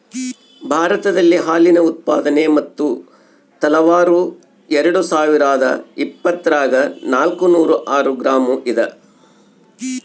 ಭಾರತದಲ್ಲಿ ಹಾಲಿನ ಉತ್ಪಾದನೆ ಮತ್ತು ತಲಾವಾರು ಎರೆಡುಸಾವಿರಾದ ಇಪ್ಪತ್ತರಾಗ ನಾಲ್ಕುನೂರ ಆರು ಗ್ರಾಂ ಇದ